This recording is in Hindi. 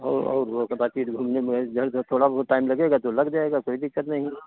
औ और वा के बाकी घूमने में जर तो थोड़ा बहुत टाइम लगेगा तो लग जाएगा कोई दिक्कत नहीं है